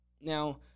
Now